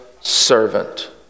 servant